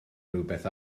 rhywbeth